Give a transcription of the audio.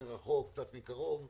מרחוק, מקרוב,